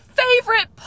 favorite